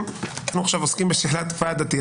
עכשיו עוסקים בשאלת ועד דתי.